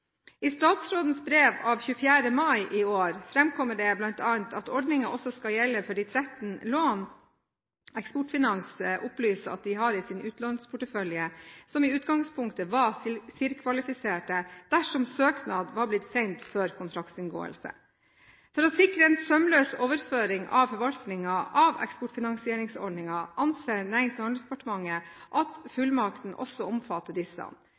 I statsrådens brev av 24. mai i år framkommer det bl.a. at ordningen også skal gjelde for de 13 lån Eksportfinans ASA opplyser at de har i sin utlånsportefølje, som i utgangspunktet var CIRR-kvalifiserte, dersom søknad var blitt sendt før kontraktsinngåelse. For å sikre en sømløs overføring av forvaltningen av eksportfinansieringsordningen anser Nærings- og handelsdepartementet at fullmakten også omfatter disse.